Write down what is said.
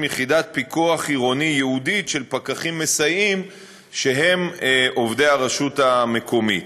יחידת פיקוח עירוני ייעודית של פקחים מסייעים שהם עובדי הרשות המקומית.